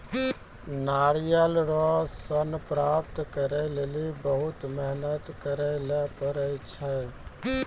नारियल रो सन प्राप्त करै लेली बहुत मेहनत करै ले पड़ै छै